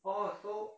orh so